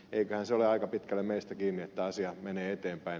eiköhän se ole aika pitkälle meistä kiinni että asia menee eteenpäin